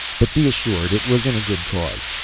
but be assured it was in a good cause.